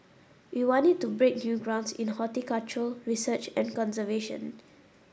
we want it to break new grounds in horticultural research and conservation